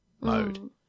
mode